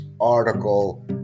article